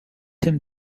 him